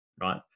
right